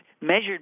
measured